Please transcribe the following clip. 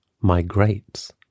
migrates